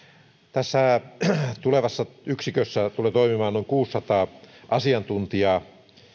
tässä tulevassa yksikössä tulee toimimaan noin kuusisataa asiantuntijaa